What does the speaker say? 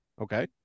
Okay